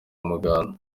umuganda